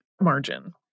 margin